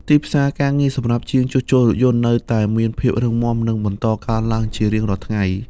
ទីផ្សារការងារសម្រាប់ជាងជួសជុលរថយន្តនៅតែមានភាពរឹងមាំនិងបន្តកើនឡើងជារៀងរាល់ថ្ងៃ។